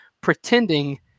pretending